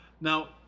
Now